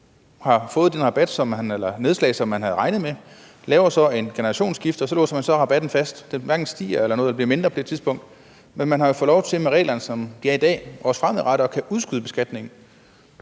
har fået den rabat eller det er nedslag, som man havde regnet med. Man laver så et generationsskifte, og så låser man rabatten fast. Den hverken stiger eller bliver mindre eller noget på det tidspunkt, men man har jo fået lov til med reglerne, som de er i dag, også fremadrettet at kunne udskyde beskatningen.